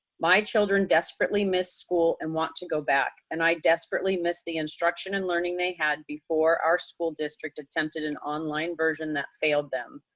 my children desperately miss school and want to go back and i desperately miss the instruction and learning they had before our school district attempted an online version that failed them.